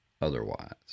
otherwise